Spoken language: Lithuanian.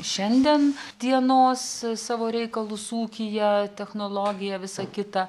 šiandien dienos savo reikalus ūkyje technologiją visa kita